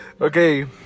Okay